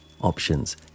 options